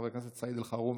חבר הכנסת סעיד אלחרומי,